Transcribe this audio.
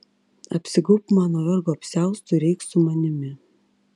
apsigaubk mano vergo apsiaustu ir eik su manimi